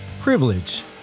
privilege